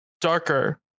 darker